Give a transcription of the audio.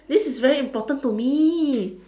this is very important to me